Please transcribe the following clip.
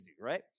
right